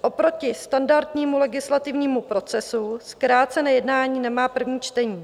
Oproti standardnímu legislativnímu procesu zkrácené jednání nemá první čtení.